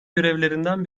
görevlerinden